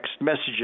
messages